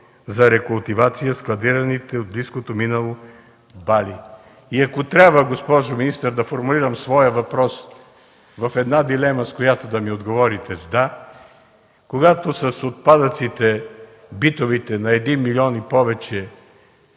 за рекултивация складираните в близкото минало бали? И ако трябва, госпожо министър, да формулирам своя въпрос в една дилема, на която да ми отговорите с „да”: когато битовите отпадъци на 1 милион и повече